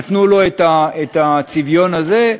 נתנו לו את הצביון הזה.